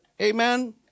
Amen